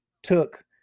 took